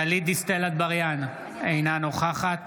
גלית דיסטל אטבריאן, אינה נוכחת